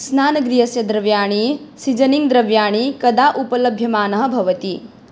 स्नानगृहस्य द्रव्याणि सिजनिङ्ग् द्रव्याणि कदा उपलभ्यमानः भवति